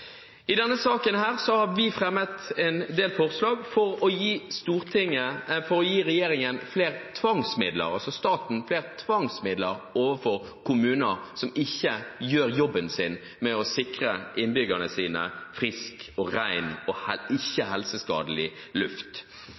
I denne saken har vi fremmet en del forslag for å gi staten flere tvangsmidler overfor kommuner som ikke gjør jobben sin med å sikre innbyggerne sine frisk, ren og ikke helseskadelig luft.